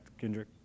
Kendrick